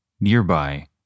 nearby